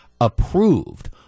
approved